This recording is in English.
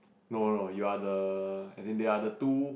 no no no you're the as in they are the two